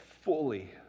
fully